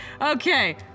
Okay